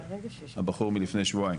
הבחור מלפני שבועיים,